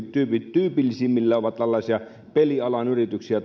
tyypillisimmillään ovat pelialan yrityksiä